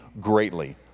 greatly